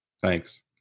Thanks